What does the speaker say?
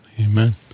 amen